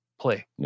play